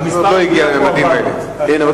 המספר המדויק הוא 400. הנה,